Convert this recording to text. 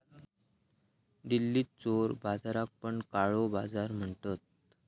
दिल्लीत चोर बाजाराक पण काळो बाजार म्हणतत